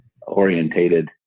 orientated